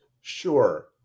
Sure